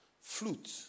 flute